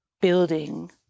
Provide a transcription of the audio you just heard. building